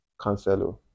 Cancelo